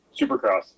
supercross